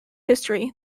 history